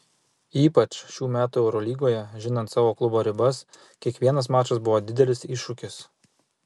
ypač šių metų eurolygoje žinant savo klubo ribas kiekvienas mačas buvo didelis iššūkis